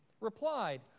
replied